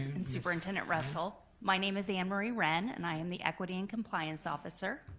and superintendent russell, my name is anne marie wrenn, and i am the equity and compliance officer.